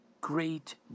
great